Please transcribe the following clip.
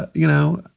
and you know,